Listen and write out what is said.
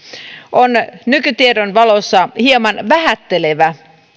on nykytiedon valossa hieman vähättelevä